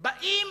באים